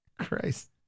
Christ